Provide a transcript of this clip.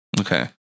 Okay